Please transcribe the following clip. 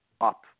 up